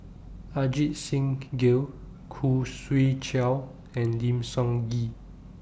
Ajit Singh Gill Khoo Swee Chiow and Lim Sun Gee